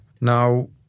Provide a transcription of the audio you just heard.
Now